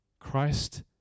Christ